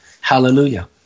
Hallelujah